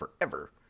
forever